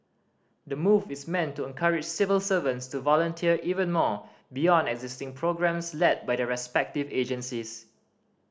the move is meant to encourage civil servants to volunteer even more beyond existing programmes led by their respective agencies